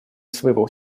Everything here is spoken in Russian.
своего